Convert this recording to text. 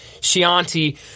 Chianti